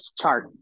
chart